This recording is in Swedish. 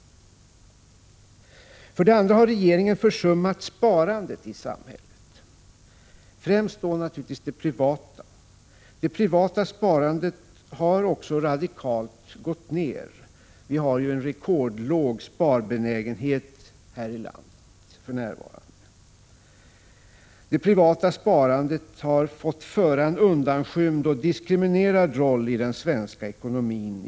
För det andra har regeringen försummat sparandet i samhället, främst då naturligtvis det privata. Det privata sparandet har radikalt minskat. Vi har för närvarande en rekordlåg sparbenägenhet här i landet. Det privata sparandet har fått spela en alltför undanskymd och diskriminerad roll den svenska ekonomin.